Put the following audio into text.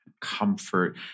comfort